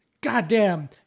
goddamn